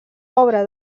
obra